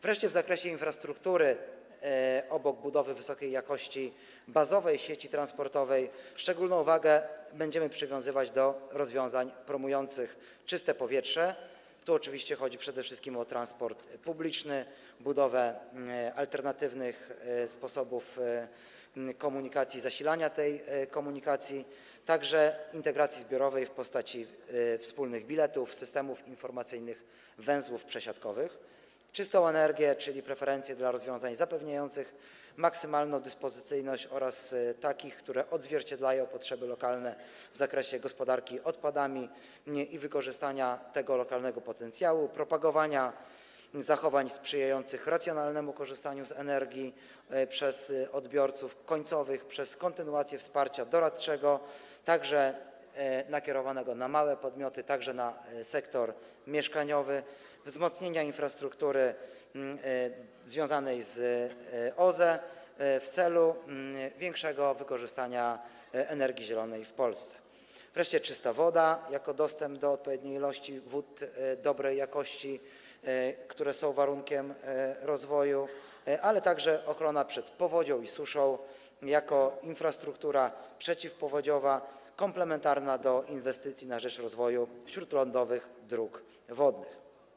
Wreszcie w zakresie infrastruktury obok budowy wysokiej jakości bazowej sieci transportowej szczególną wagę będziemy przykładać do rozwiązań promujących: czyste powietrze - chodzi tu oczywiście przede wszystkim o transport publiczny, wykorzystywanie alternatywnych sposobów zasilania środków tej komunikacji, a także integrację zbiorową: wspólne bilety, systemy informacyjne, węzły przesiadkowe; czystą energię - chodzi o preferencje dla rozwiązań zapewniających maksymalną dyspozycyjność oraz takich, które odzwierciedlają potrzeby lokalne w zakresie gospodarki odpadami i wykorzystania lokalnego potencjału, propagowanie zachowań sprzyjających racjonalnemu korzystaniu z energii przez odbiorców końcowych poprzez kontynuację wsparcia doradczego, także nakierowanego na małe podmioty, sektor mieszkaniowy, wzmocnienie infrastruktury związanej z OZE w celu większego wykorzystania energii zielonej w Polsce; czystą wodę rozumianą jako dostęp do odpowiedniej ilości wód dobrej jakości, które są warunkiem rozwoju; ochronę przed powodzią i suszą - infrastruktura przeciwpowodziowa - komplementarną do inwestycji na rzecz rozwoju śródlądowych dróg wodnych.